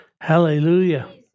Hallelujah